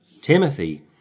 Timothy